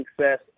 success